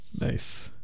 Nice